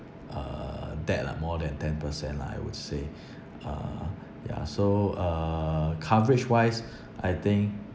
uh that lah more than ten percent lah I would say uh ya so uh coverage wise I think